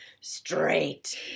straight